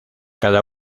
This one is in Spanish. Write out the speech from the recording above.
cada